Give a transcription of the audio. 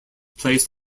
placed